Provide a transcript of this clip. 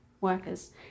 workers